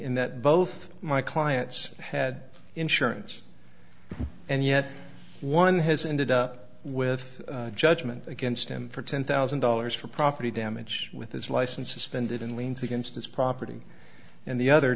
in that both my clients had insurance and yet one has ended up with a judgment against him for ten thousand dollars for property damage with his license suspended in liens against his property and the other